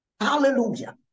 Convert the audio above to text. Hallelujah